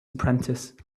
apprentice